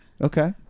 Okay